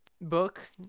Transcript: book